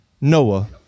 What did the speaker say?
Noah